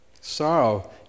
sorrow